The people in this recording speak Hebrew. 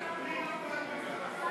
חברי הכנסת,